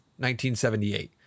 1978